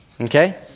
okay